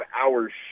hours